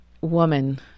woman